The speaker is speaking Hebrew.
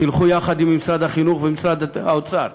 תלכו יחד עם משרד החינוך ועם משרד האוצר,